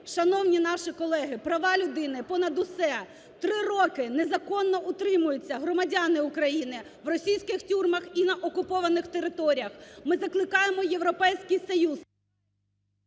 Шановні наші колеги, права людини – понад усе! Три роки незаконно утримуються громадяни України в російських тюрмах і на окупованих територіях. Ми закликаємо Європейський Союз…